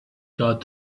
got